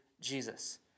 Jesus